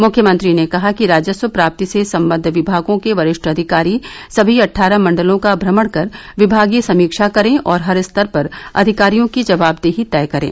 मुख्यमंत्री ने कहा कि राजस्व प्राप्ति से संबद्ध विभागों के वरि ठ अधिकारी सभी अट्ठारह मण्डलों का भ्रमण कर विभागीय समीक्षा करें और हर स्तर पर अधिकारियों की जवाबदेही तय करें